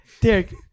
Derek